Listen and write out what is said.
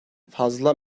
fazla